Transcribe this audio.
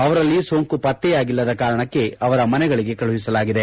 ಅವರಲ್ಲಿ ಸೋಂಕು ಪತ್ತೆಯಾಗಿಲ್ಲದ ಕಾರಣಕ್ಕೆ ಅವರ ಮನೆಗಳಿಗೆ ಕಳುಹಿಸಲಾಗಿದೆ